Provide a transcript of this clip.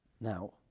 Now